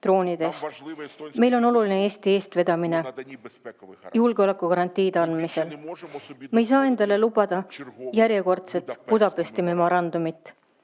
Meile on oluline Eesti eestvedamine julgeolekugarantiide andmisel. Me ei saa endale lubada järjekordset Budapesti memorandumit.